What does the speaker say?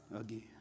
again